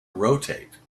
rotate